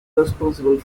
responsible